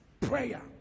prayer